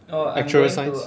actuarial science